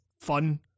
fun